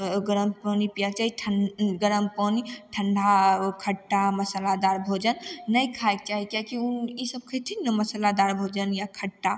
गरम पानि पियैके चाही ठण्ड गरम पानि ठण्डा खट्टा मसालादार भोजन नहि खायके चाही किएक कि उ ईसब खयथिन ने मसालादार भोजन या खट्टा